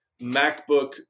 MacBook